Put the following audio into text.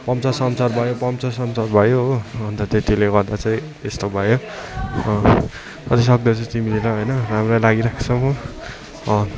पम्चरसम्चर भयो पम्चरसम्चर भयो हो अन्त त्यतिले गर्दा चाहिँ यस्तो भयो अझै सक्दो चाहिँ चिनिएर होइन राम्रो लागिरहेको छ म